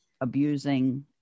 abusing